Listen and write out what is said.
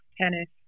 tennis